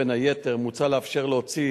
בין היתר, מוצע לאפשר להוציא